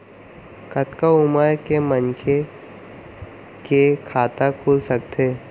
कतका उमर के मनखे के खाता खुल सकथे?